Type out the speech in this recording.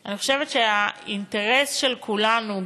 אני חושבת שהאינטרס של כולנו,